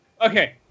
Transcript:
Okay